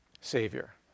Savior